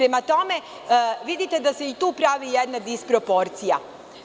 Prema tome, vidite da se i tu pravi jedna disproporcija.